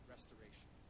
restoration